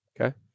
Okay